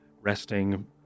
resting